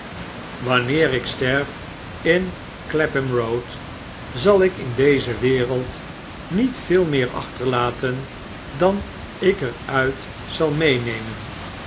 wanneer ik sterf in clapham road zal ik in deze wereld niet veel meer achterlaten dan ik er uit zal meenemen